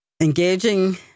engaging